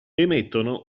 emettono